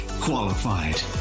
qualified